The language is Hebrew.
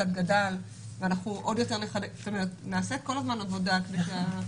תודה על הנקודה הזאת לגבי הנתונים.